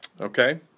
Okay